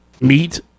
Meat